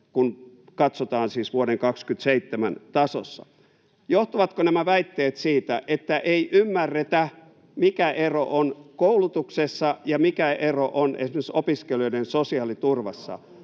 kun katsotaan siis vuoden 27 tasossa. Johtuvatko nämä väitteet siitä, että ei ymmärretä, mikä ero on koulutuksessa ja mikä ero on esimerkiksi opiskelijoiden sosiaaliturvassa?